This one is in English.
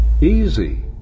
Easy